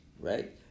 Right